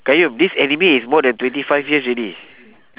qayyum this anime is more than twenty five years already